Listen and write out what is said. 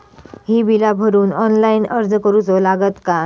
ही बीला भरूक ऑनलाइन अर्ज करूचो लागत काय?